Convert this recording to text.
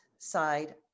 side